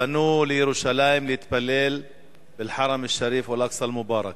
פנו לירושלים להתפלל באל-חרם א-שריף ואל-אקצא מובארכ,